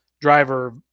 driver